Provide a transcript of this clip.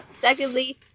Secondly